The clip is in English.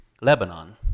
Lebanon